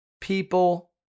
people